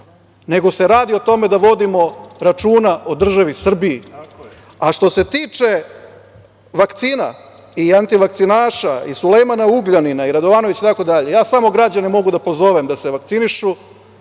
nego se radi o tome da vodimo računa o državi Srbiji, a što se tiče vakcina i antivakcinaša i Sulejmana Ugljanina i Radovanovića, itd, ja samo građane mogu da pozovem da se vakcinišu.